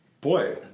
Boy